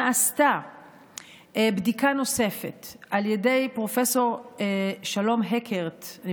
נעשתה בדיקה נוספת על ידי פרופ' שלום הקרט מהטכניון,